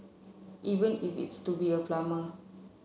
even if it's to be a plumber